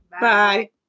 Bye